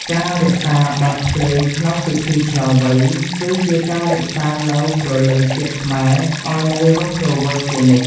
ការរក្សាបទភ្លេងក្នុងពិធីឆ្លងវ័យ គឺជាការរក្សានូវព្រលឹងជាតិខ្មែរឱ្យនៅរស់រវើកជានិច្ច។